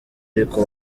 ariko